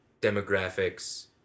demographic's